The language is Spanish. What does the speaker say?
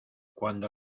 cuando